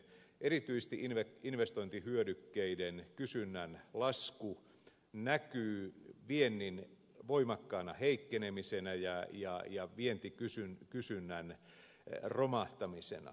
erityisesti investointihyödykkeiden kysynnän lasku näkyy viennin voimakkaana heikkenemisenä ja vientikysynnän romahtamisena